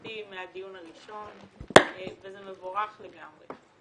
תפיסתי מהדיון הראשון וזה מבורך לגמרי.